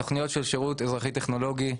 התכניות של שירות אזרחי טכנולוגי,